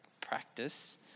practice